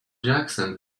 jackson